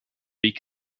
weg